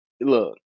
look